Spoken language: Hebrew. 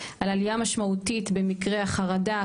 על עלייה משמעותית במקרי החרדה,